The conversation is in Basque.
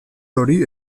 hori